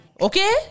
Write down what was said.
Okay